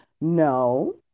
No